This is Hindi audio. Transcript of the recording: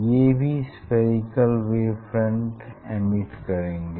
ये भी स्फेरिकल वेव फ्रंट एमिट करेंगे